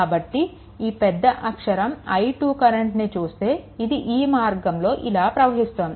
కాబట్టి ఈ పెద్ద అక్షరం I2 కరెంట్ని చూస్తే ఇది ఈ మార్గంలో ఇలా ప్రవహిస్తోంది